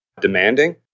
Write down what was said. demanding